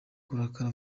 kurakara